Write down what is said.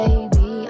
Baby